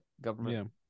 government